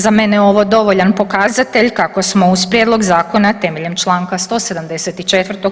Za mene je ovo dovoljan pokazatelj kako smo uz prijedlog zakona temeljem članka 174.